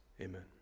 Amen